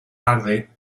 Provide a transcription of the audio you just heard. tarde